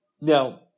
Now